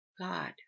God